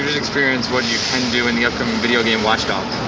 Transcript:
experienced. what you can do in the upcoming videogame watchdogs.